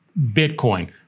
Bitcoin